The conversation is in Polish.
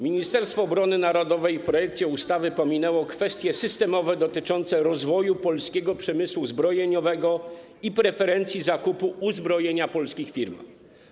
Ministerstwo Obrony Narodowej w projekcie ustawy pominęło kwestie systemowe dotyczące rozwoju polskiego przemysłu zbrojeniowego i preferencji zakupu uzbrojenia polskich firm.